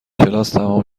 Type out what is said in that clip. تمام